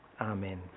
Amen